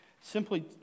simply